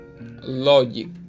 logic